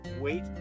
wait